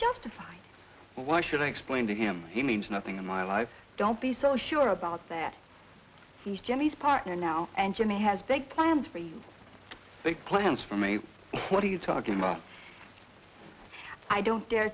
justified why should i explain to him he means nothing in my life don't be so sure about that he's jenny's partner now and jimmy has big plans for you big plans for me what are you talking about i don't dare